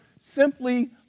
simply